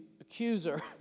accuser